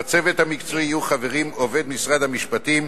בצוות המקצועי יהיו חברים עובד משרד המשפטים,